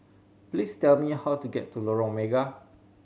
please tell me how to get to Lorong Mega